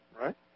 right